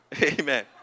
amen